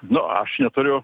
nu aš neturiu